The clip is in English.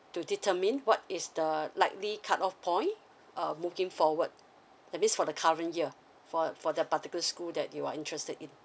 to determine what is the lightly cut off point uh looking forward that means for the current year for for the particular school that you are interested in